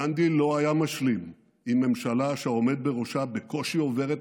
גנדי לא היה משלים עם ממשלה שהעומד בראשה בקושי עובר את